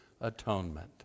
atonement